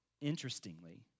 interestingly